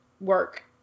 work